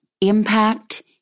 impact